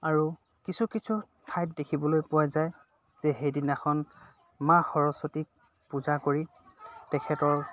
আৰু কিছু কিছু ঠাইত দেখিবলৈ পোৱা যায় যে সেইদিনাখন মা সৰস্বতীক পূজা কৰি তেখেতৰ